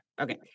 Okay